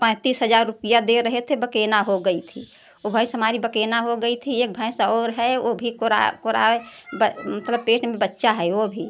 पैंतीस हज़ार रुपया दे रहे थे बकेना हो गई थी वो भैंस हमारी बकेना हो गई थी एक भैंस और है ओ भी कोराए कोराए मतलब पेट में बच्चा है वो भी